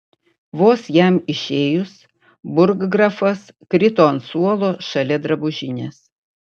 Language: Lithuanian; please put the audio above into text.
vos jam išėjus burggrafas krito ant suolo šalia drabužinės